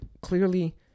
clearly